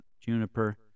Juniper